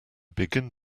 begin